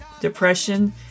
depression